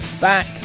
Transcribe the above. back